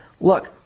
look